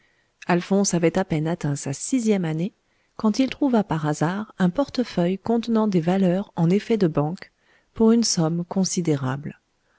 alphonse avait à peine atteint sa sixième année quand il trouva par hasard un portefeuille contenant des valeurs en effets de banque pour une somme considérable